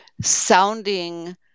sounding –